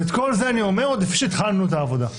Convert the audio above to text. ואת כל זה אני אומר לפני שהתחלנו את העבודה.